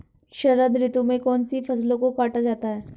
शरद ऋतु में कौन सी फसलों को काटा जाता है?